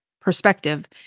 perspective